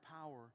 power